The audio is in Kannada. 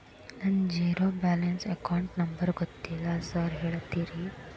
ನನ್ನ ಜೇರೋ ಬ್ಯಾಲೆನ್ಸ್ ಅಕೌಂಟ್ ನಂಬರ್ ಗೊತ್ತಿಲ್ಲ ಸಾರ್ ಹೇಳ್ತೇರಿ?